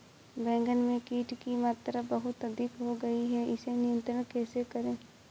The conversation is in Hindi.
बैगन में कीट की मात्रा बहुत अधिक हो गई है इसे नियंत्रण कैसे करें?